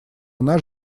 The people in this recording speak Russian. наш